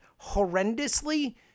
horrendously